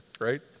right